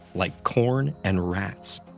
like corn and rats.